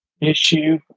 issue